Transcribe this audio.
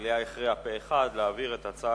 המליאה הכריעה פה-אחד להעביר את ההצעה